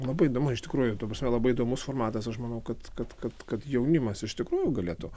labai įdomu iš tikrųjų ta prasme labai įdomus formatas aš manau kad kad kad kad jaunimas iš tikrųjų galėtų